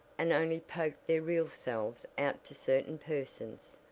and only poke their real selves out to certain persons,